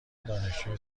دانشجوی